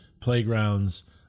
playgrounds